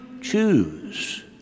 choose